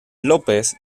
lópez